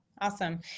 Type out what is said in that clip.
awesome